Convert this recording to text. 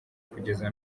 kugeza